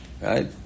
Right